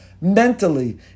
mentally